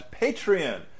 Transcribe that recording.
Patreon